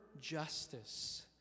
justice